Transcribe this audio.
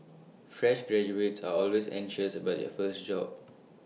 fresh graduates are always anxious about their first job